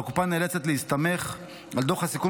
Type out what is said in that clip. שהקופה נאלצת להסתמך על דוח הסיכום